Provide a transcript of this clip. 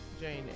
Jane